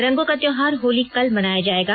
रंगों का त्योहार होली कल मनाया जाएगा